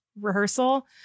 rehearsal